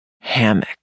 hammock